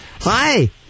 hi